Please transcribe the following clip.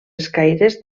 escaires